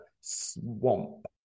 swamp